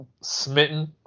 smitten